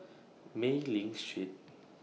Mei Ling Street